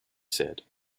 said